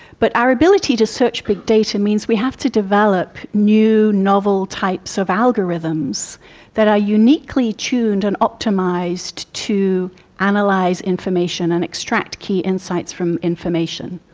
but our ability to search big data means we have to develop new novel types of algorithms that are uniquely tuned and optimised to analyse and like information and extract key insights from information.